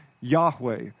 Yahweh